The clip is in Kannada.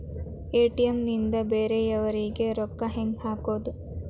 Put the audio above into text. ಎ.ಟಿ.ಎಂ ನಿಂದ ಬೇರೆಯವರಿಗೆ ರೊಕ್ಕ ಹೆಂಗ್ ಹಾಕೋದು?